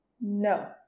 No